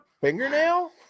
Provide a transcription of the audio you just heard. fingernail